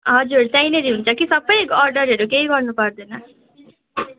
हजुर त्यहीँनेरि हुन्छ कि सबै अर्डरहरू केही गर्नु पर्दैन